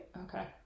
Okay